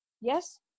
Yes